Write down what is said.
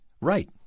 right